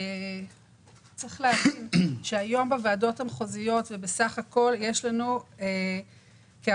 צריך להבין שהיום בוועדות המחוזיות ובסך הכול יש לנו כ-450,000